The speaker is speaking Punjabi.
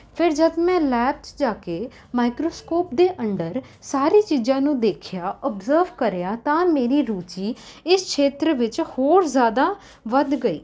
ਫਿਰ ਜਦ ਮੈਂ ਲੈਬ 'ਚ ਜਾ ਕੇ ਮਾਈਕਰੋਸਕੋਪ ਦੇ ਅੰਡਰ ਸਾਰੀ ਚੀਜ਼ਾਂ ਨੂੰ ਦੇਖਿਆ ਓਬਜਰਵ ਕਰਿਆ ਤਾਂ ਮੇਰੀ ਰੁਚੀ ਇਸ ਛੇਤਰ ਵਿੱਚ ਹੋਰ ਜ਼ਿਆਦਾ ਵੱਧ ਗਈ